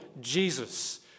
jesus